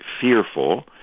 fearful